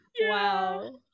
Wow